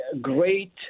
great